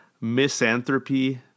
Misanthropy